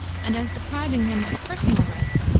and as depriving him of personal rights,